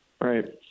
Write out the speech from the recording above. Right